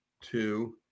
two